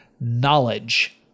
knowledge